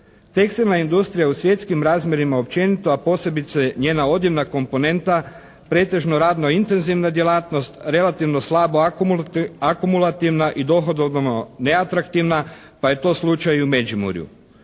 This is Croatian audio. Tekstilna industrija u svjetskim razmjerima općenito, a posebice njena odjevna komponenta pretežno radno intenzivna djelatnost relativno slabo akumulativna i dohodovno neatraktivna pa je to slučaj i u Međimurju.